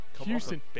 Houston